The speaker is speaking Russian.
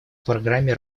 программе